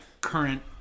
current